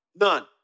None